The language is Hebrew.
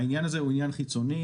העניין הזה הוא עניין חיצוני,